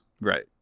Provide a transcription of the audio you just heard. Right